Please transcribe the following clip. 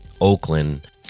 Oakland